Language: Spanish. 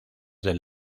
del